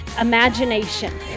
imagination